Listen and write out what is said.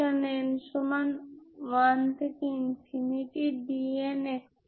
সুতরাং এটি আসলে 0 যা আপনি ইতিমধ্যেই এখানে পেয়েছেন